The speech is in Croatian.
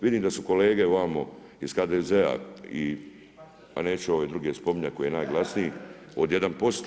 Vidim da su kolege ovamo iz HDZ-a, a neću ove druge spominjati koji je najglasniji od 1%